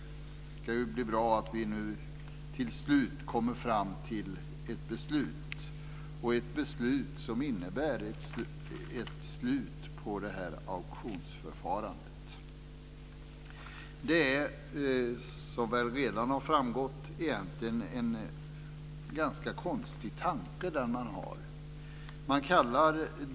Det är bra att vi nu till slut kommer fram till ett beslut, och ett beslut som innebär ett slut på det här auktionsförfarandet. Det är, som väl redan har framgått, egentligen en ganska konstig tanke som man har.